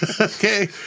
okay